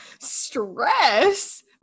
stress